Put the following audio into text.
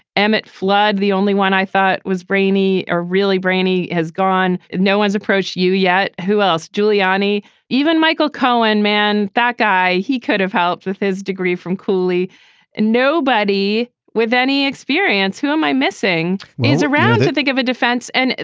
emmett flood. the only one i thought was brainy or really brainy has gone no one's approached you yet. who else giuliani even michael cohen man that guy. he could have helped with his degree from cooley and nobody with any experience. who am i missing. who's around. think of a defense. and.